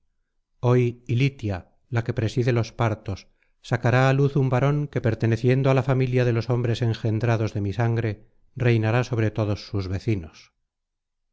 hoy ilitia la que preside los partos asacará á luz un varón que perteneciendo á la familia de los hombres engendrados de mi sangre reinará sobre todos sus vecinos